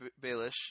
Baelish